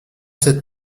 cette